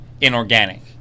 inorganic